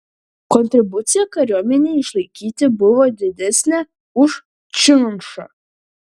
kontribucija kariuomenei išlaikyti buvo didesnė už činšą